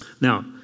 Now